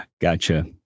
Gotcha